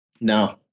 No